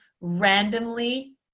randomly